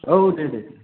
औ दे दे